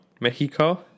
Mexico